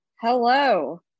Hello